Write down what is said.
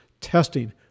testing